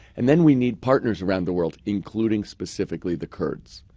and then we need partners around the world, including specifically the kurds.